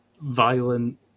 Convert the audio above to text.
violent